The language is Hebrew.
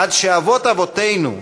עד שאבות אבותינו,